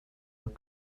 are